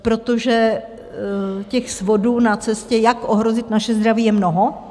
Protože těch svodů na cestě, jak ohrozit naše zdraví, je mnoho.